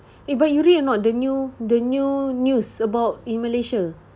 eh but you read or not the new the new news about in Malaysia